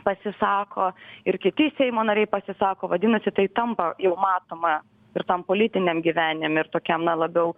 pasisako ir kiti seimo nariai pasisako vadinasi tai tampa jau matoma ir tam politiniam gyvenime ir tokiam na labiau